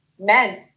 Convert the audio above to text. men